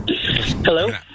Hello